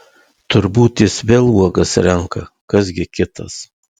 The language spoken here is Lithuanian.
turbūt jis vėl uogas renka kas gi kitas